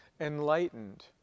enlightened